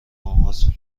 ماههاست